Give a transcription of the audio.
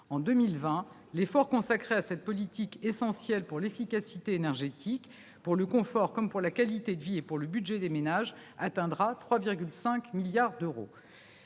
En 2020, l'effort consacré à cette politique, essentielle pour l'efficacité énergétique, pour le confort, pour la qualité de vie et pour le budget des ménages, atteindra 3,5 milliards d'euros.